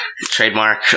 trademark